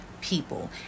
people